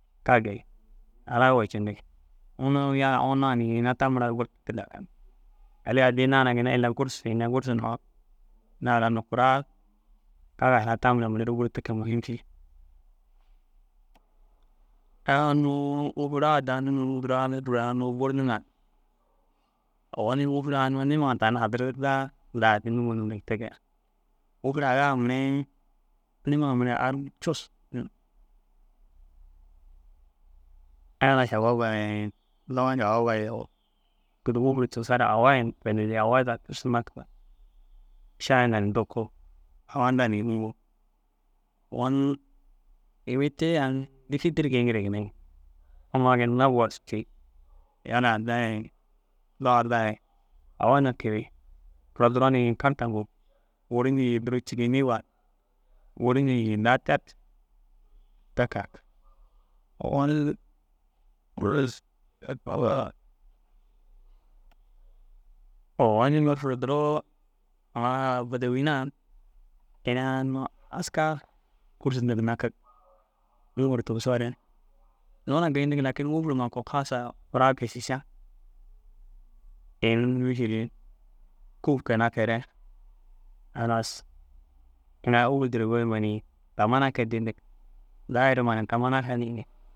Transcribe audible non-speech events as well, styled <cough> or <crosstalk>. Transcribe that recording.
Kage ye halawa ye cendig unnu yala unnu wa ina te buru te kee dakinni. Yali addi na ginna gurus fihine gurus <hesitation> ina ara kuraa kaga mire buru te ke mihim ši. Aa unnu ŋûfur ai daa nuŋuru ŋûfur ŋûfur burnuu ŋa ogoni ŋûfur ai unnu nima ŋa tani hadirdaa daa addi nuŋur nindirig te ke. Ŋûfur aga mire ŋûfur nimaŋar ai cussu. Yala šababa ye dowa šababa ye der ŋûfur înni deru awa za awa cussu nakuga, šai ndaa ni dokug awa ndaa ni uŋgug. Ogoni yimi têĩ aŋ difidir geengire ginna. Amma ginna buru ciki, yala addaa ye dowa addaa ye awa nake re mura gura duro karta uŋguuk guru ni cikenni waak guru daa terek te ka. Ogoni <noise> ogoni ŋûfur bodowina ina unnu askaa kursu indigi nakigi. Ŋûfur tigisoo re nûuna geyindigi lakin ŋûfur ku kasa kura gii šiša. Ini mîšil kub ke naku ere halas aŋ ai owel goyiŋgo ni taman ake dîi indigi daa eruma na taman a ke dîi indig ni.